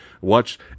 watch